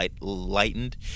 lightened